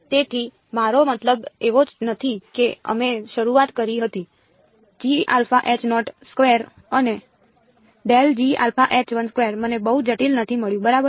તેથી મારો મતલબ એવો નથી કે અમે શરૂઆત કરી હતી અને મને બહુ જટિલ નથી મળ્યું બરાબર